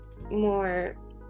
more